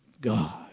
God